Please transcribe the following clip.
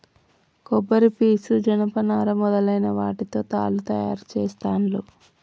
కొబ్బరి పీసు జనప నారా మొదలైన వాటితో తాళ్లు తయారు చేస్తాండ్లు